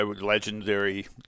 legendary